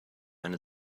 eine